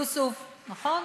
יוסף, נכון?